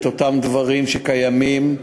את אותם דברים שקיימים,